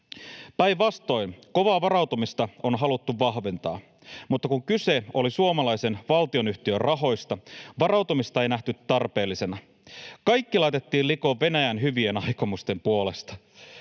päinvastoin, kovaa varautumista on haluttu vahventaa. Mutta kun kyse oli suomalaisen valtionyhtiön rahoista, varautumista ei nähty tarpeellisena. Kaikki laitettiin likoon Venäjän hyvien aikomusten puolesta.